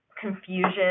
confusion